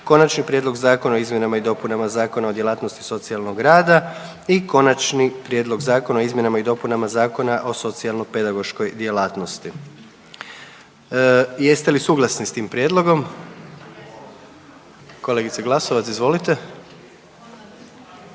Konačni prijedlog Zakona o izmjenama i dopunama Zakona o djelatnosti socijalnog rada, drugo čitanje, P.Z. br. 223; - Konačni prijedlog Zakona o izmjenama i dopunama Zakona o socijalnopedagoškoj djelatnosti, drugo čitanje, P.Z. br. 224. Jeste li suglasni s tim prijedlogom? Kolegice Glasovac izvolite.